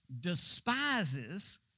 Despises